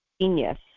genius